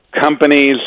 companies